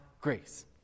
grace